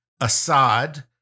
Assad